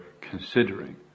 considering